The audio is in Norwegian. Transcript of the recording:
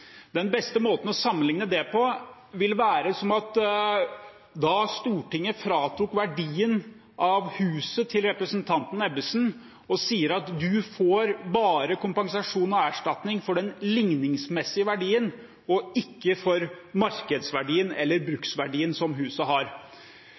Den beste måten å sammenligne det på vil være som at Stortinget fratok verdien av huset til representanten Ebbesen og sa at det bare ville bli gitt kompensasjon og erstatning for den ligningsmessige verdien og ikke for markedsverdien eller